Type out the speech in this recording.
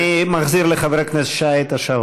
אני מחזיר לחבר הכנסת שי את השעון.